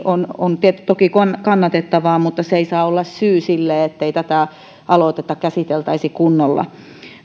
on on toki kannatettavaa mutta se ei saa olla syy sille ettei tätä aloitetta käsiteltäisi kunnolla